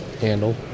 handle